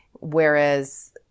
Whereas